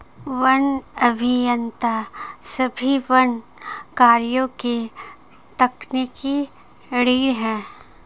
one अभियंता सभी वन कार्यों की तकनीकी रीढ़ हैं